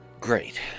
great